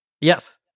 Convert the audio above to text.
Yes